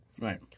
right